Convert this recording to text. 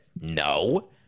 no